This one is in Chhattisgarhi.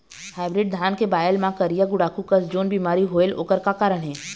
हाइब्रिड धान के बायेल मां करिया गुड़ाखू कस जोन बीमारी होएल ओकर का कारण हे?